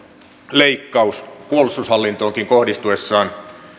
leikkaus puolustushallintoonkin kohdistuessaan